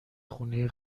خونه